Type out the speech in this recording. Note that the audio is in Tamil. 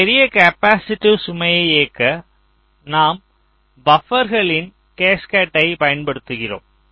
ஒரு பெரிய கேப்பாசிட்டிவ் சுமையை இயக்க நாம் பபர்களின் கேஸ்கேட்டைப் பயன்படுத்துகிறோம்